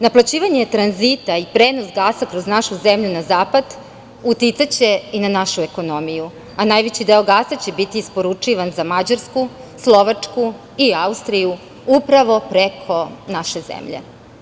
Naplaćivanje tranzita i prenos gasa kroz našu zemlju na zapad uticaće i na našu ekonomiju, a najveći deo gasa će biti isporučivan za Mađarsku, Slovačku i Austriju, upravo preko naše zemlje.